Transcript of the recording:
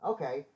Okay